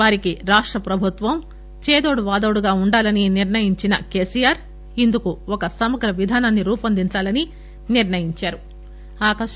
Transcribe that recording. వారికి రాష్ట ప్రభుత్వం చేదోడు వాదోడుగా ఉండాలని నిర్ణయించిన కేసీఆర్ ఇందుకు ఓ సమగ్ర విధానాన్ని రూపొందించాలని నిర్ణయించారు